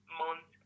month